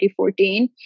2014